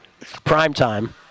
Primetime